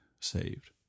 saved